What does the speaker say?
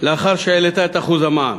לאחר שהעלתה את אחוז המע"מ,